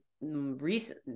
recent